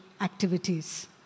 activities